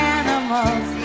animals